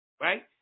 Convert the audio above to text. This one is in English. Right